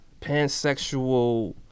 pansexual